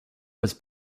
was